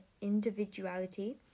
individuality